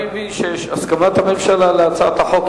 אני מבין שיש הסכמת ממשלה להצעת החוק.